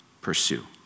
pursue